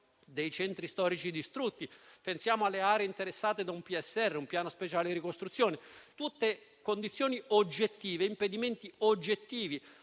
dei centri storici distrutti; pensiamo alle aree interessate da un PSR, un piano speciale di ricostruzione. Tutte condizioni oggettive, impedimenti oggettivi,